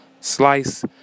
Slice